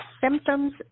symptoms